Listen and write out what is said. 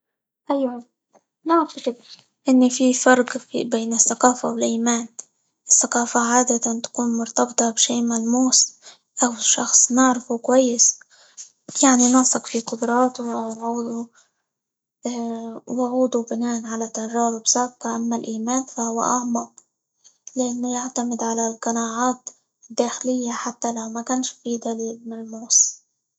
أيوة أعتقد إن في فرق -في- بين الثقافة، والإيمان، الثقافة عادة تكون مرتبطة بشيء ملموس، أو شخص نعرفه كويس يعنى نثق في قدراته، ووعوده وعوده بناء على تجارب سابقة، أما الإيمان فهو أعمق؛ لأنه يعتمد على القناعات الداخلية حتى لو مكانش فيه دليل ملموس.